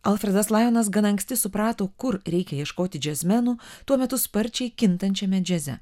alfredas lajonas gana anksti suprato kur reikia ieškoti džiazmenų tuo metu sparčiai kintančiame džiaze